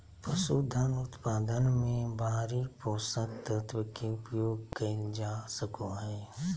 पसूधन उत्पादन मे बाहरी पोषक तत्व के उपयोग कइल जा सको हइ